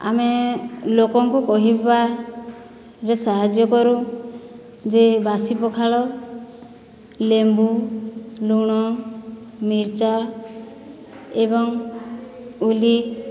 ଆମେ ଲୋକଙ୍କୁ କହିବା ଯେ ସାହାଯ୍ୟ କରୁଁ ଯେ ବାସି ପଖାଳ ଲେମ୍ବୁ ଲୁଣ ମିର୍ଚା ଏବଂ ଉଲି